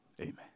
amen